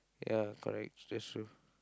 ya correct that's true